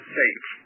safe